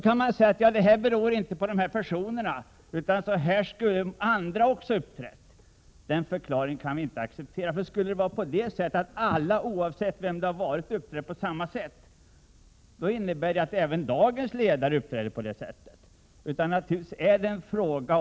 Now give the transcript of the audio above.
Kan man invända att agerandet inte beror på de inblandade personerna, så här skulle andra också ha uppträtt? Den förklaringen kan vi inte acceptera. Skulle det vara så att alla som blivit chefer skulle uppträda på detta sätt, innebär det att även dagens företagsledare agerar så. I så fall vore hela branschen omöjlig.